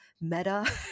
meta